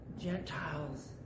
Gentiles